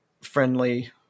friendly